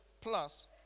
plus